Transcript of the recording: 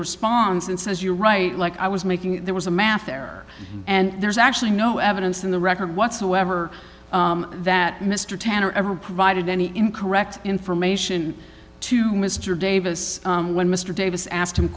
responds and says you're right like i was making there was a math error and there's actually no evidence in the record whatsoever that mr tanner ever provided any incorrect information to mr davis when mr davis asked him